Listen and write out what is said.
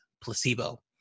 placebo